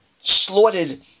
slaughtered